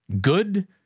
good